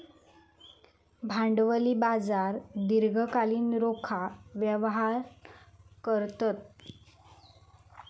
भांडवली बाजार दीर्घकालीन रोखा व्यवहार करतत